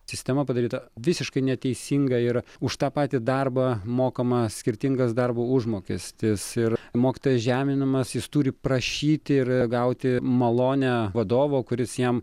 sistema padaryta visiškai neteisinga ir už tą patį darbą mokama skirtingas darbo užmokestis ir mokytojas žeminamas jis turi prašyti ir gauti malonę vadovo kuris jam